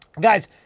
Guys